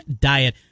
diet